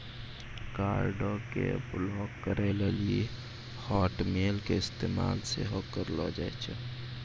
कार्डो के ब्लाक करे लेली हाटमेल के इस्तेमाल सेहो करलो जाय छै